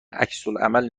عکسالعمل